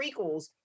prequels